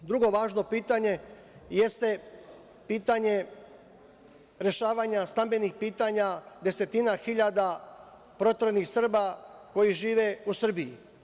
Drugo važno pitanje jeste pitanje rešavanja stambenih pitanja desetina hiljada proteranih Srba koji žive u Srbiji.